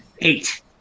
Eight